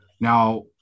Now